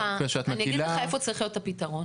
אני אגיד לך איפה צריך להיות הפתרון.